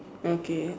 okay